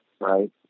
right